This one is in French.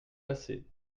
passé